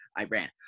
Iran